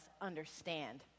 understand